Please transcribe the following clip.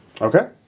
Okay